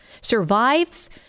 survives